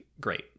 great